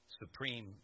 supreme